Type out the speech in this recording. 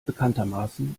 bekanntermaßen